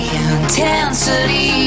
intensity